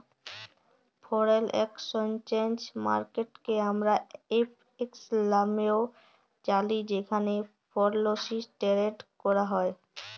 foreign exchange মার্কেটকে আমরা FX লামেও জালি যেখালে ফরেলসি টেরেড ক্যরা হ্যয়